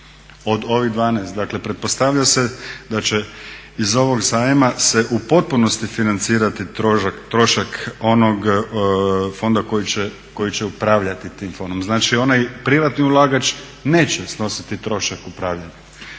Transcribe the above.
Od ovih 12, dakle pretpostavlja se da će iz ovog zajma se u potpunosti financirati trošak onog fonda koji će upravljati tim fondom. Znači, onaj privatni ulagač neće snositi trošak upravljanja.